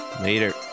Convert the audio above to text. Later